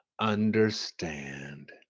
understand